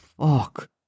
fuck